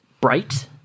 bright